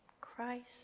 Christ